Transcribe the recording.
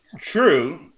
True